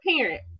parent